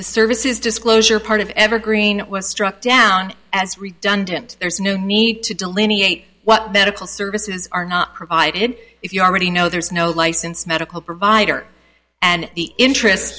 the services disclosure part of evergreen was struck down as redundant there's no need to delineate what medical services are not provided if you already know there's no licensed medical provider and the interest